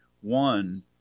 one